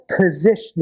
positioning